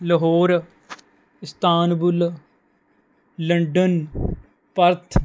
Lahore Istanbul London Perth